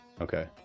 Okay